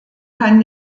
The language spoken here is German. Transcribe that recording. kann